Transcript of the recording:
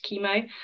chemo